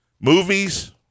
Movies